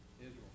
Israel